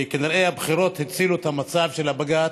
וכנראה הבחירות הצילו את המצב של הבג"ץ.